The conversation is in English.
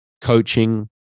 coaching